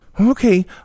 Okay